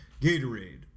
Gatorade